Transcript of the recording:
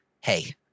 hey